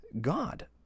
God